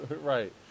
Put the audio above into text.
Right